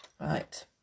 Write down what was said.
Right